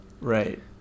right